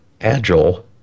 agile